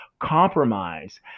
compromise